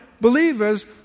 believers